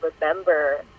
remember